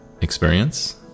experience